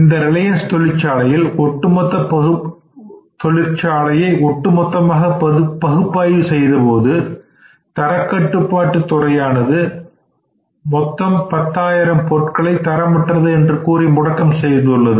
இந்த ரிலையன்ஸ் தொழிற்சாலையில் ஒட்டுமொத்த பகுப்பாய்வு செய்த போது தரக்கட்டுப்பாட்டு துறையானது 10000 பொருட்களை தரமற்றது என்று கூறி முடக்கம் செய்துள்ளது